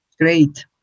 great